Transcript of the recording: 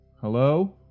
Hello